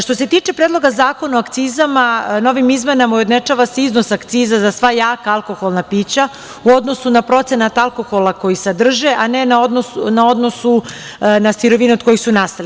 Što se tiče Predloga zakona o akcizama, novim izmenama ujednačava se iznos akciza za sva jaka alkoholna pića u odnosu na procenat alkohola koji sadrže, a ne na odnosu na sirovine od kojih su nastali.